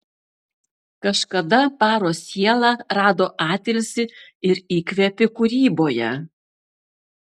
kažkada baro siela rado atilsį ir įkvėpį kūryboje